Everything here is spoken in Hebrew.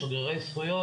שגרירי זכויות.